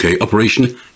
Operation